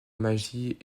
magie